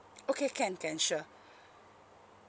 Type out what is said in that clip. okay can can sure